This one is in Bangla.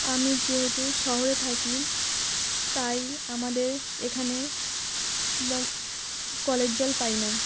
আমি যেহেতু শহরে থাকি তাই আমাদের এখানে কলের জল পাই না